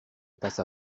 passa